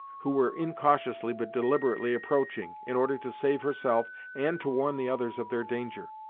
who were incautiously but deliberately approaching, in order to save herself, and to warn the others of their danger.